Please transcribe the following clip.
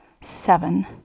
seven